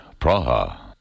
Praha